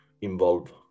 involve